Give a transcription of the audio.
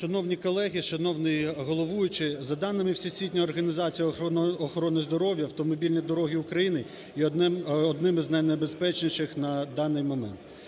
Шановні колеги, шановний головуючий, за даними Всесвітньої організації охорони здоров'я, автомобільні дороги України є одними з найнебезпечніших на даний момент.